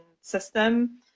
system